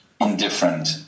indifferent